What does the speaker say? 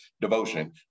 devotion